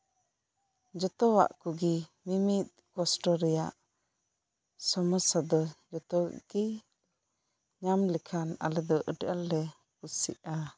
ᱡᱷᱚᱛᱚᱣᱟᱜ ᱠᱚᱜᱮ ᱢᱤᱢᱤᱫ ᱠᱚᱥᱴᱚ ᱨᱮᱭᱟᱜ ᱢᱤᱢᱤᱫ ᱥᱚᱢᱚᱥᱥᱟ ᱫᱚ ᱡᱷᱚᱛᱚ ᱜᱮ ᱧᱟᱢ ᱞᱮᱠᱷᱟᱱ ᱟᱞᱮ ᱫᱚ ᱟᱹᱰᱤ ᱟᱸᱴ ᱞᱮ ᱠᱩᱥᱤᱜᱼᱟ